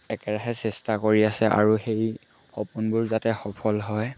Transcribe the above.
একেৰাহে চেষ্টা কৰি আছে আৰু সেই সপোনবোৰ যাতে সফল হয়